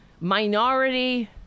minority